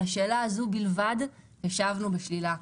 על השאלה הזו בלבד השבנו בשלילה.